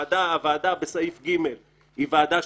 ועדה בסעיף (ג) היא ועדה,